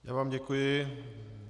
Já vám děkuji.